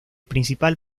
principal